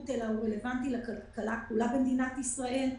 אלא הוא רלוונטי לכלכלה כולה במדינת ישראל .